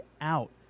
out